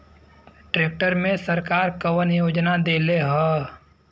Tractor मे सरकार कवन योजना देले हैं?